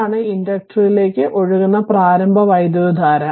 അതാണ് ഇൻഡക്ടറിലേക്ക് ഒഴുകുന്ന പ്രാരംഭ വൈദ്യുതധാര